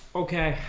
okay